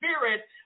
Spirit